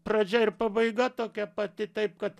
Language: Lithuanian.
pradžia ir pabaiga tokia pati taip kad